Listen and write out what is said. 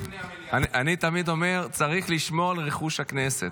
אני תמיד אומר, צריך לשמור על רכוש הכנסת.